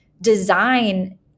design